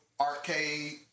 Arcade